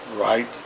right